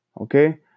Okay